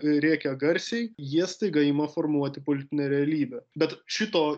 rėkia garsiai jie staiga ima formuoti politinę realybę bet šito